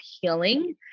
healing